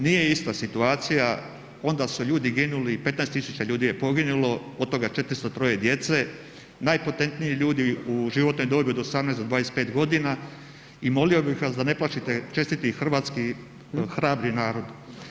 Nije ista situacija, onda su ljudi ginuli, 15.000 ljudi je poginulo od toga 403 djece, najpotentniji ljudi u životnoj dobi od 18 do 25 godina i molio bih vas da ne plašite čestiti hrvatski hrabri narod.